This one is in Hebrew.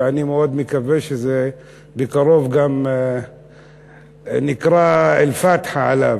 ואני מאוד מקווה שבקרוב גם נקרא "אל-פאתחה" עליו,